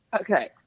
Okay